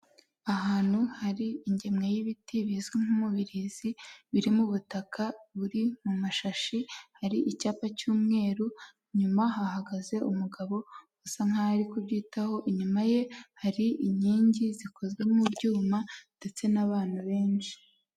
Ahantu hari ingemwe y'ibiti bizwi nk'umubirizi biri mu butaka buri mu mashashi, hari icyapa cy'umweru. Inyuma hahagaze umugabo usa nkaho arikubyitaho. Inyuma ye hari inkingi zikozwe mu byuma ndetse n'abantu benshi.